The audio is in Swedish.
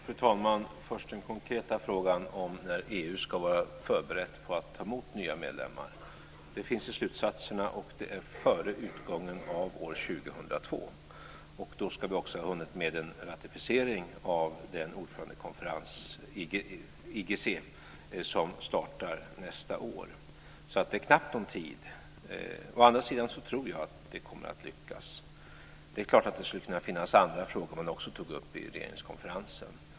Fru talman! Först den konkreta frågan när EU ska vara förberett på att ta emot nya medlemmar. Det finns i slutsatserna, och det är före utgången av år 2002. Då ska vi också ha hunnit med en ratificering av den ordförandekonferens, IGC, som startar nästa år. Så det är knappt om tid. Å andra tiden tror jag att det kommer att lyckas. Det är klart att det skulle kunna finnas andra frågor som man tog upp i regeringskonferensen.